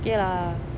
it's okay lah